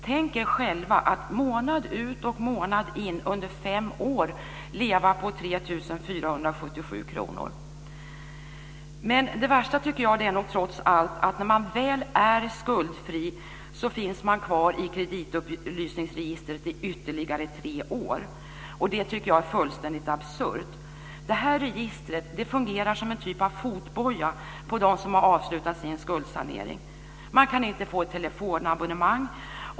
Tänk er själva att månad ut och månad in under fem år leva på 3 477 kr. Men det värsta tycker jag nog trots allt är att när man väl är skuldfri så finns man kvar i kreditupplysningsregistret i ytterligare tre år. Och det tycker jag är fullständigt absurt. Det här registret fungerar som en typ av fotboja på dem som har avslutat sin skuldsanering. Man kan inte få ett telefonabonnemang.